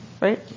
right